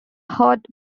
heart